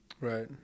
Right